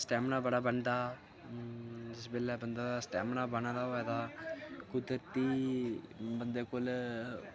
stamina बड़ा बनदा जिस बेल्लै बंदे दा स्टैमिना बने दा होए तां कुदरती बंदे कोल